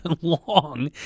Long